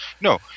No